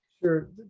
Sure